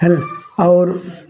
ହେଲ୍ ଔର୍